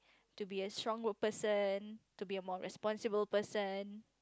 to be a stronger person to be more responsible person